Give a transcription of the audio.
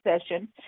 session